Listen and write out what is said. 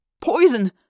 Poison